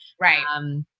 Right